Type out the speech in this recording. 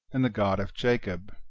and the god of jacob,